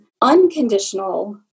unconditional